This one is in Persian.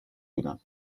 بودم